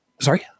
sorry